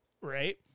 Right